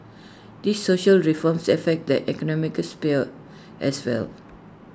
these social reforms affect the economic sphere as well